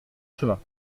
chemin